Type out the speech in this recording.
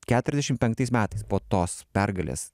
keturiasdešim penktais metais po tos pergalės